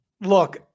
Look